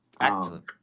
Excellent